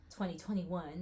2021